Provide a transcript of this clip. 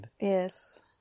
Yes